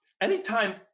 Anytime